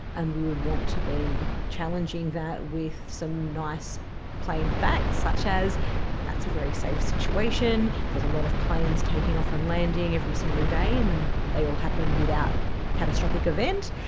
and we would want to be challenging that with some nice plane facts such as that's a very safe situation, there's a lot of planes taking off and landing every single day and they all happen without catastrophic event,